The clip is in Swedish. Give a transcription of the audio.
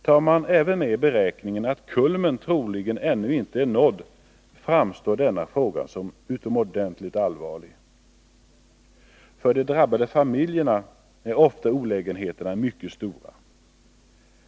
Tar man även med i beräkningen att kulmen troligen ännu inte är nådd, framstår denna fråga som utomordentligt allvarlig. För de drabbade familjerna är ofta olägenheterna mycket stora.